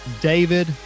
David